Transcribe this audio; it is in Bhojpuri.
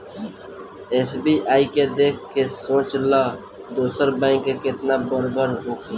एस.बी.आई के देख के सोच ल दोसर बैंक केतना बड़ बड़ होखी